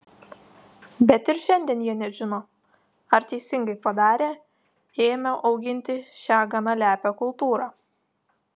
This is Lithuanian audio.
bet ir šiandien jie nežino ar teisingai padarė ėmę auginti šią gana lepią kultūrą